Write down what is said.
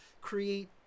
create